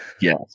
Yes